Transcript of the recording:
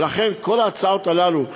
ולכן כל ההצעות הללו,